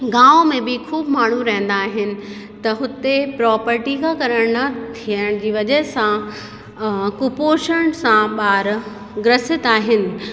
गांव में बि ख़ूब माण्हू रहंदा आहिनि त हुते प्रोपर्टी सां करण लाइ थियण जी वजह सां कुपोषण सां ॿार ग्रसित आहिनि